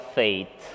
faith